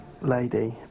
lady